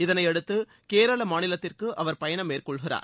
இதனையடுத்து கேரள மாநிலத்திற்கு அவர் பயணம் மேற்கொள்கிறார்